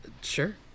sure